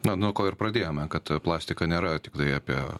va nuo ko ir pradėjome kad plastika nėra tiktai apie